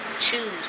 choose